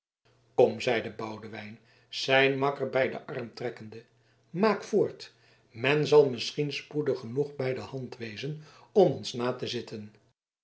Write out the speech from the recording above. kom zeide boudewijn zijn makker bij den arm trekkende maak voort men zal misschien spoedig genoeg bij de hand wezen om ons na te zitten